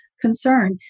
concern